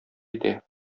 итә